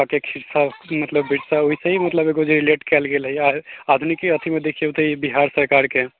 खाकऽ खिरसा मतलब बिरसा ओहिसे मतलब एगो जे रिलेट कएल गेल आओर आधुनिकी अथीमे देखिऔ तऽ ई बिहार सरकारके